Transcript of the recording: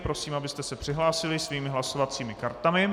Prosím, abyste se přihlásili svými hlasovacími kartami.